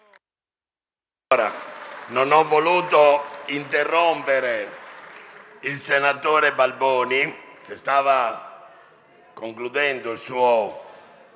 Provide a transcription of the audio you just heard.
non ho voluto interrompere il senatore Balboni, che stava concludendo il suo